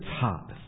top